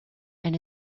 and